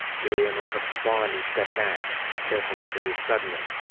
miriam unhooked the bond and stepped back, careful not to move suddenly.